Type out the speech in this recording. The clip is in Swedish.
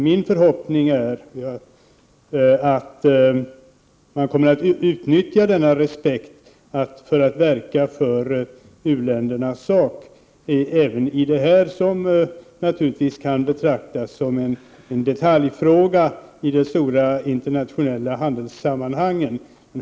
Min förhoppning är att man kommer att utnyttja denna respekt för att verka för u-ländernas sak även när det gäller naturgummiavtalet, som naturligtvis kan betraktas som en detaljfråga i de stora internationella handelssammanhangen.